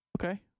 Okay